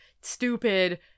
stupid